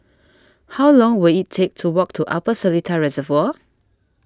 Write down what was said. how long will it take to walk to Upper Seletar Reservoir